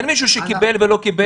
אין מישהו שקיבל ולא קיבל.